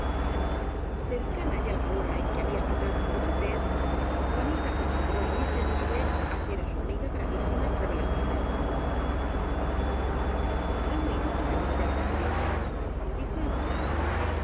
deseaba cercana ya la hora en que había citado á don andrés juanita consideró indispensable hacer á su amiga gravísimas revelaciones he oído con la debida atención dijo la